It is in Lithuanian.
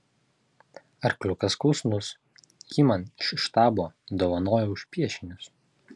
arkliukas klusnus jį man iš štabo dovanojo už piešinius